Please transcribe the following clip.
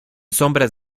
sombras